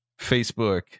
Facebook